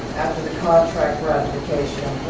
the contract ratification,